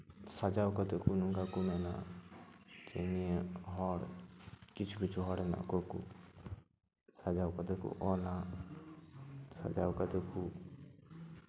ᱥᱟᱡᱟᱣ ᱠᱟᱛᱮᱫ ᱠᱚ ᱱᱚᱝᱠᱟ ᱠᱚ ᱢᱮᱱᱟ ᱡᱮ ᱱᱤᱭᱟᱹ ᱦᱚᱲ ᱠᱤᱪᱷᱩ ᱠᱤᱪᱷᱩ ᱦᱚᱲ ᱦᱮᱱᱟᱜ ᱠᱚᱣᱟ ᱥᱟᱡᱟᱣ ᱠᱟᱛᱮᱫ ᱠᱚ ᱚᱞᱟ ᱥᱟᱡᱟᱣ ᱠᱟᱛᱮᱫ ᱠᱚ